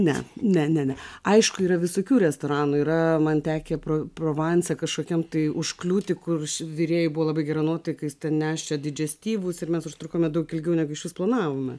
ne ne ne aišku yra visokių restoranų yra man tekę pro provanse kažkokiam tai užkliūti kurs virėjai buvo labai gera nuotaika jis ten nešė dižiastyvus ir mes užtrukome daug ilgiau negu iš vis planavome